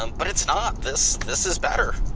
um but it's not, this this is better.